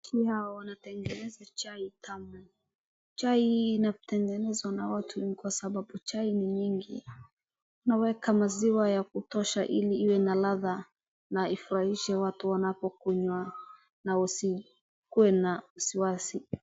Pia wanatengeneza chai tamu. Chai hii inatengenezwa na watu wengi kwa sababu chai ni nyingi. Unaweka maziwa ya kutosha ili iwe na ladha na ifurahishe watu wanapokunywa na wasikuwe na wasiwasi.